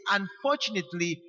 unfortunately